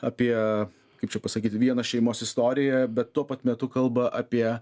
apie kaip čia pasakyti vieną šeimos istoriją bet tuo pat metu kalba apie